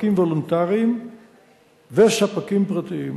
ספקים וולונטריים וספקים פרטיים.